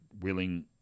willing